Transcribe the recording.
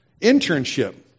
internship